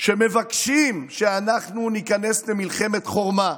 שמבקשים שאנחנו ניכנס למלחמת חורמה.